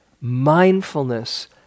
mindfulness